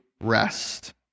rest